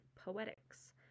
Poetics